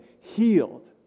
healed